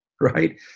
right